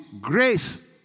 grace